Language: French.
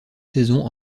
saisons